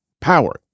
power